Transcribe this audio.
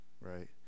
right